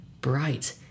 bright